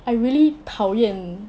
I really 讨厌